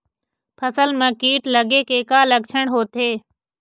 फसल म कीट लगे के का लक्षण होथे?